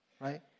right